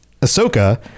Ahsoka